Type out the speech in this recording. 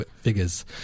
figures